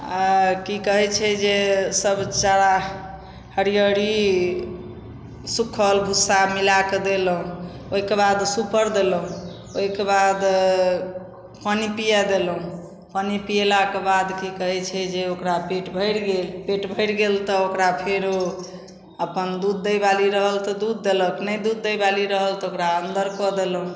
आओर कि कहै छै जे सब सब हरिअरी सुक्खल भुस्सा मिलाके देलहुँ ओहिकेबाद सुपर देलहुँ ओहिकेबाद पानी पिआ देलहुँ पानी पिएलाके बाद कि कहै छै जे ओकरा पेट भरि गेल पेट भरि गेल तऽ ओकरा फेरो अपन दूध दै वाली रहल तऽ दूध देलक नहि दूध दै वाली रहल तऽ ओकरा अन्दर कऽ देलहुँ